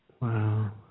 Wow